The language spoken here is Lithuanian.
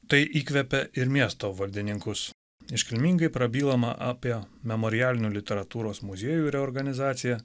tai įkvepia ir miesto valdininkus iškilmingai prabylama apie memorialinių literatūros muziejų reorganizaciją